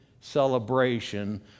celebration